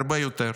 הרבה יותר.